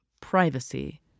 privacy